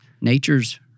nature's